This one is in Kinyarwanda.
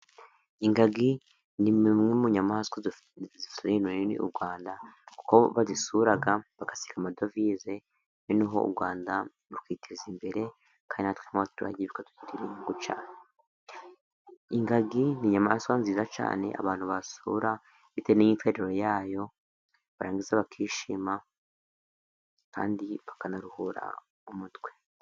Ingagi ni imwe mu nyamaswa zifitiye runini u Rwanda, kuko bazisura bagasiga amadovize noneho u Rwanda rukiteza imbere, Kandi na twe b'abaturanyi bikatugirira inyungu cyane. Ingagi ni inyamaswa nziza cyane abantu basura bitewe n'imiterere yayo, barangiza bakishima kandi bakanaruhura mu mutwe.